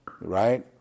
Right